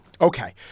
Okay